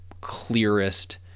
clearest